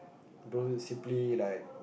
don't simply like